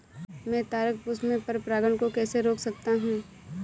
मैं तारक पुष्प में पर परागण को कैसे रोक सकता हूँ?